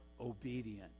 obedient